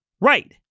right